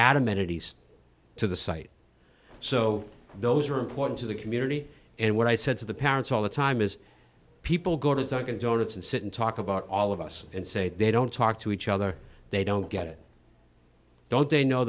add amenities to the site so those are important to the community and what i said to the parents all the time is people go to dunkin donuts and sit and talk about all of us and say they don't talk to each other they don't get it don't they know